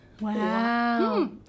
Wow